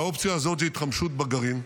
והאופציה הזאת היא התחמשות בגרעין.